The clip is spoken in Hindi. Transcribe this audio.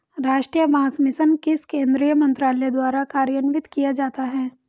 राष्ट्रीय बांस मिशन किस केंद्रीय मंत्रालय द्वारा कार्यान्वित किया जाता है?